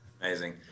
amazing